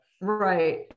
right